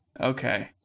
Okay